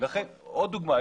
עוד דוגמה,